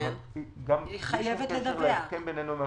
היא חייבת לדווח לנו.